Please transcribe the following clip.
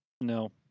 no